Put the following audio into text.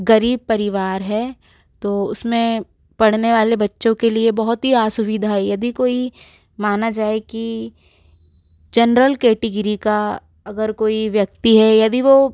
ग़रीब परिवार है तो उस में पढ़ने वाले बच्चों के लिए बहुत ही असुविधा है यदि कोई माना जाए कि जेनरल कैटेगिरी का अगर कोई व्यक्ति है यदि वो